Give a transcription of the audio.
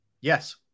Yes